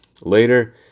later